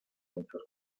muchos